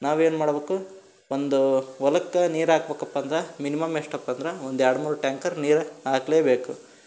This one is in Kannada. ನಾವೇನು ಮಾಡ್ಬಕು ಒಂದು ಹೊಲಕ್ಕ ನೀರು ಹಾಕ್ಬೇಕಪ್ಪ ಅಂದ್ರೆ ಮಿನಿಮಮ್ ಎಷ್ಟಪ್ಪ ಅಂದ್ರೆ ಒಂದು ಎರಡು ಮೂರು ಟ್ಯಾಂಕರ್ ನೀರು ಹಾಕಲೇಬೇಕು